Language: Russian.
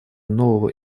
нового